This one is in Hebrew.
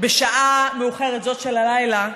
בשבילו בשעה מאוחרת זאת של הלילה,